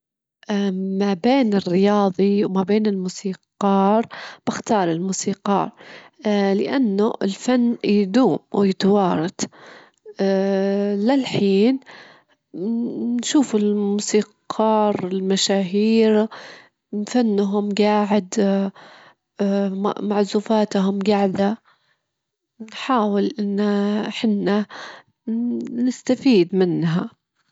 أفضل إني أجضي يعني ليلة في خيمة على قمة جبل، ما أحب القلعات، الجو الجبلي يعطيك تجربة مختلفة تمامًا، مناظر طبيعية، وشعور هدوء، كلها تفضيلات يعني.